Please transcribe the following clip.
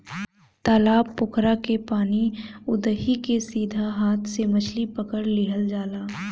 तालाब पोखरा के पानी उदही के सीधा हाथ से मछरी पकड़ लिहल जाला